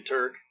Turk